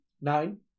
Nine